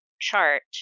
Chart